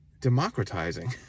democratizing